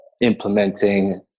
implementing